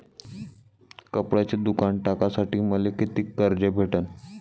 कपड्याचं दुकान टाकासाठी मले कितीक कर्ज भेटन?